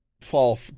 fall